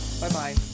Bye-bye